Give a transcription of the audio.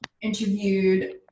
interviewed